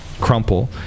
crumple